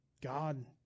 God